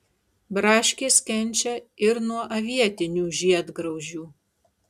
braškės kenčia ir nuo avietinių žiedgraužių